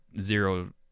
zero